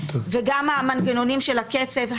וגם המנגנונים של הקצב,